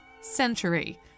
century